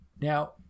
Now